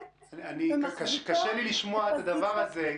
ומחזיקה --- קשה לי לשמוע את הדבר הזה,